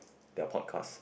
their podcast